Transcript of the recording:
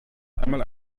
einmal